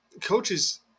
coaches